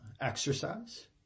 exercise